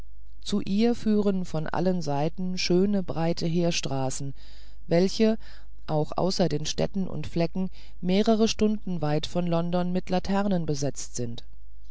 zu ihr führen von allen seiten schöne breite heerstraßen welche auch außer den städten und flecken mehrere stunden weit von london mit laternen besetzt sind